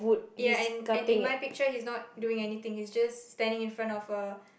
ya and and in my picture he's not doing anything he's just standing in front of a